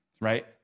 right